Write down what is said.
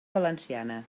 valenciana